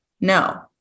no